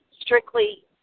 strictly